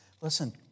Listen